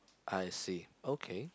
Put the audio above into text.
I see okay